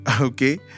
Okay